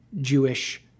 Jewish